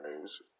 news